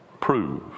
Prove